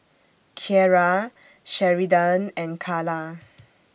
Kierra Sheridan and Kala